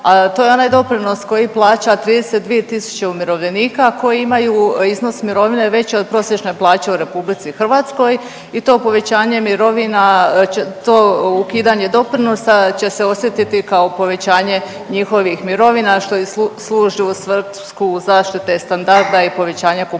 to je onaj doprinos koji plaća 32.000 umirovljenika koji imaju iznos mirovine veći od prosječne plaće u RH i to povećanje mirovina to ukidanje doprinosa će se osjetiti kao povećanje njihovih mirovina što i služi u svrhu zaštite standarda i povećanje kupovne